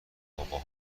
بابا